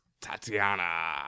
Tatiana